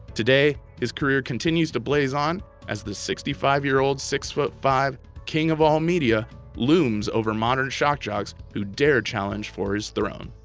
today, his career continues to blaze on as the sixty five year old, six-foot-five king of all media looms over modern shock jocks who dare challenge for his throne.